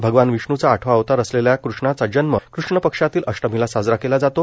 भगवान विष्णूचा आठवा अवतार असलेल्या कृषणाचा जन्म कृष्ण पक्षातील अष्टमीला साजरा केला जातो